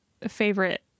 favorite